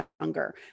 younger